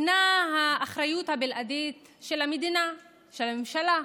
היא האחריות הבלעדית של המדינה, של הממשלה,